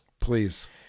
Please